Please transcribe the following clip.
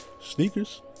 sneakers